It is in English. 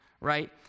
right